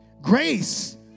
Grace